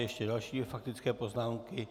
Ještě další dvě faktické poznámky.